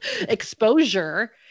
exposure